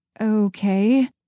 Okay